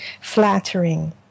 flattering